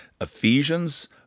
Ephesians